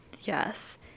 Yes